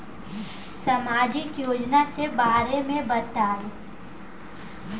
सामाजिक योजना के बारे में बताईं?